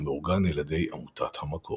המאורגן על ידי עמותת "המקור".